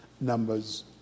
numbers